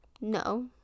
No